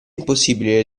impossibile